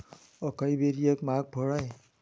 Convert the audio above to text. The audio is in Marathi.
अकाई बेरी एक महाग फळ आहे